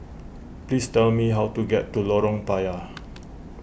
please tell me how to get to Lorong Payah